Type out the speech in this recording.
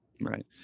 right